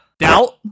doubt